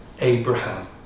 Abraham